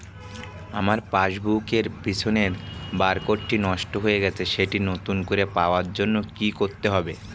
আমার পাসবুক এর পিছনে বারকোডটি নষ্ট হয়ে গেছে সেটি নতুন করে পাওয়ার জন্য কি করতে হবে?